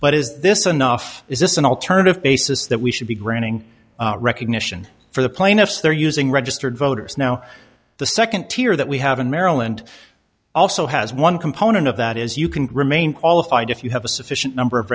is this enough is this an alternative basis that we should be granting recognition for the plaintiffs they're using registered voters now the nd tier that we have in maryland also has one component of that is you can remain qualified if you have a sufficient number of